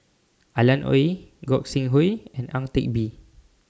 Alan Oei Gog Sing Hooi and Ang Teck Bee